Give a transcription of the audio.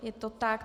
Je to tak.